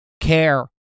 care